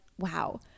wow